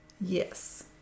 yes